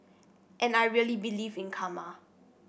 and I really believe in karma